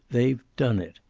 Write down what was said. they've done it.